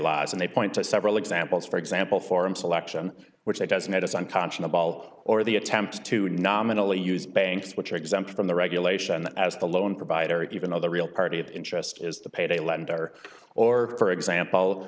laws and they point to several examples for exam people forum selection which has made us unconscionable or the attempt to nominally use banks which are exempt from the regulation as the loan provider even though the real party of interest is the payday lender or for example